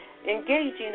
engaging